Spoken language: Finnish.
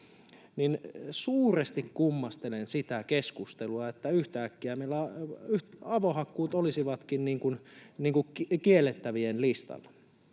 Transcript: suuresti kummastelen sitä keskustelua, että yhtäkkiä avohakkuut olisivatkin kiellettävien listalla.